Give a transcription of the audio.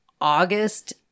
August